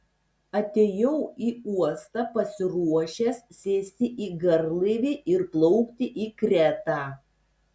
atėjau į uostą pasiruošęs sėsti į garlaivį ir plaukti į kretą